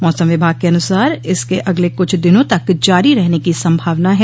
मौसम विभाग के अनुसार इसके अगले कुछ दिनों तक जारी रहने की संभावना है